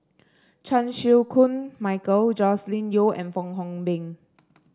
Chan Chew Koon Michael Joscelin Yeo and Fong Hoe Beng